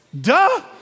Duh